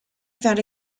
found